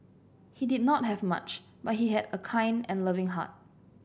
he did not have much but he had a kind and loving heart